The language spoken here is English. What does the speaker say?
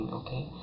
okay